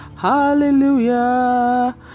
Hallelujah